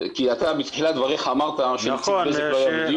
כי אתה בתחילת דבריך אמרת שנציג בזק לא בדיון,